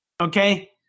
okay